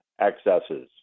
excesses